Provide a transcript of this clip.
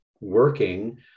working